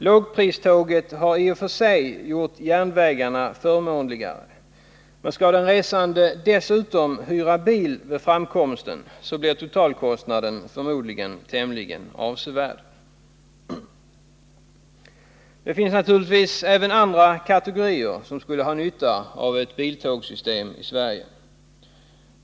Lågpriståget har i och för sig gjort järnvägarna förmånligare, men skall den resande vid framkomsten dessutom hyra bil blir totalkostnaden förmodligen avsevärd. Det finns naturligtvis även andra kategorier som skulle ha nytta av ett biltågssystem i Sverige.